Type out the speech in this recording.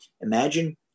Imagine